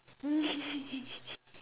mm